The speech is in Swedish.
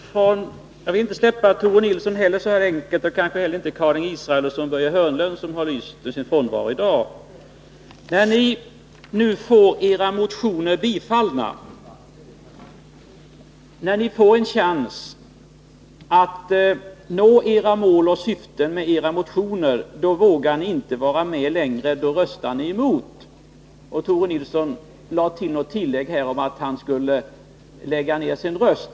Fru talman! Jag vill inte släppa Tore Nilsson så lätt — och kanske inte heller Karin Israelsson och Börje Hörnlund som i dag har lyst med sin frånvaro. När ni nu får en chans att nå de mål och syften som ni har i era motioner, vågar ni inte vara med längre — då röstar ni emot. Tore Nilsson sade någonting om att han skulle lägga ned sin röst.